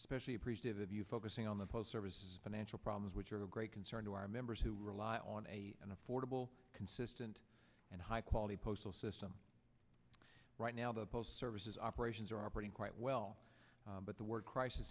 specially appreciative of you focusing on the post service financial problems which are of great concern to our members who rely on a and affordable consistent and high quality postal service some right now the post services operations are operating quite well but the word crisis